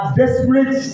desperate